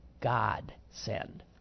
godsend